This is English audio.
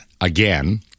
again